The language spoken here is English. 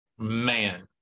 Man